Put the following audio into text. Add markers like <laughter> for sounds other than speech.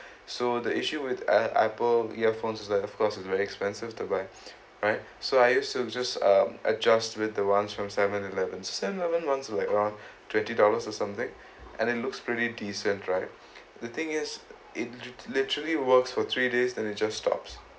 so the issue with ap~ Apple earphones is that of course is very expensive to buy <breath> right so I used to just um adjusted with the ones from seven elevens seven eleven ones like around twenty dollars or something and it looks pretty decent right <breath> the thing is it literally works for three days then it just stops